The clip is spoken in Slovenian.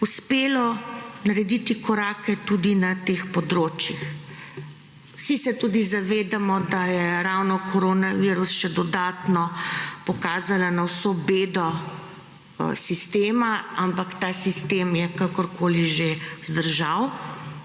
uspelo narediti korake tudi na teh področjih. Vsi se tudi zavedamo, da je ravno koronavirus še dodatno pokazala na vso bedo sistema, ampak ta sistem je kakorkoli že zdržal,